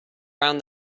round